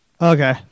Okay